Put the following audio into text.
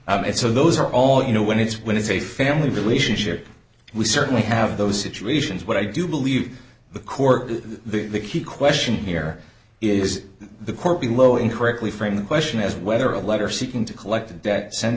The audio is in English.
it so those are all you know when it's when it's a family relationship we certainly have those situations but i do believe the court is the key question here is the court below incorrectly framed the question as whether a letter seeking to collect